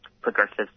progressive